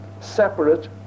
separate